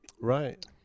Right